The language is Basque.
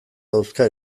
dauzka